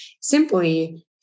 simply